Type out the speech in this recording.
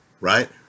Right